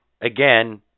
Again